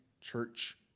church